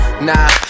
Nah